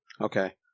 Okay